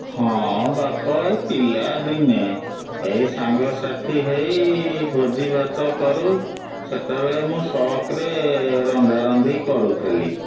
ହଁ ବାପା ଏଇ ପିଲାଦିନେ ଏଇ ସାଙ୍ଗସାଥି ହେଇ ଭୋଜିଭାତ କରୁ ସେତେବେଳେ ମୁଁ ସଉକରେ ରନ୍ଧା ରନ୍ଧି କରୁଥିଲି